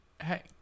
hey